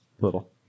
little